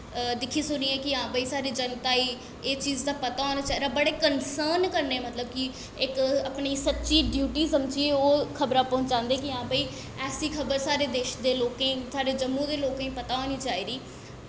दिक्खी सुनियां हां भाई जनता गी एह् चीज़ दा पता होना चाहिदा बड़े कंसर्न कन्नै मतलब कि इक अपनी सच्ची डयूटी समझियै ओह् खबरां पहुंचादे कि हां भाई ऐसी खबर साढ़े देश दे लोकें गी साढ़े जम्मू दे लोकें गी पता होनी चाहिदी